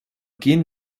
gehen